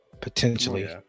potentially